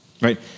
Right